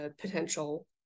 potential